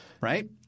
Right